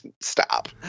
stop